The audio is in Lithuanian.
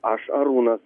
aš arūnas